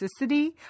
toxicity